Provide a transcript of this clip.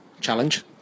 challenge